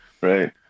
right